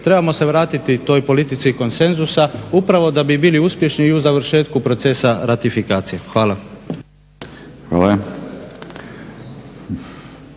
Trebamo se vratiti toj politici konsenzusa upravo da bi bili uspješni i u završetku procesa ratifikacije. Hvala.